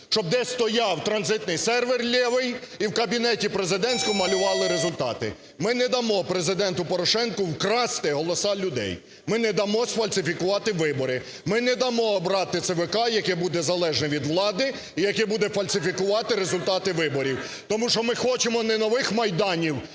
щоб десь стояв транзитний сервер, "лєвий", і в кабінеті президентському малювали результати. Ми не дамо Президенту Порошенку вкрасти голоси людей, ми не дамо сфальсифікувати вибори, ми не дамо обрати ЦВК, яке буде залежне від влади і яке буде фальсифікувати результати виборів. Тому що ми хочемо не нових майданів